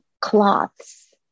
cloths